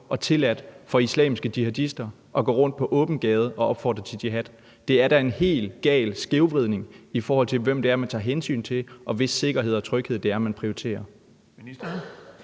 og tilladt for islamiske jihadister at gå rundt på åben gade og opfordre til jihad. Det er da en helt gal skævvridning, i forhold til hvem der er, man tager hensyn til, og hvis sikkerhed og tryghed det er, man prioriterer.